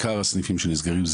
עיקר הסניפים שנסגרים,